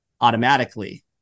automatically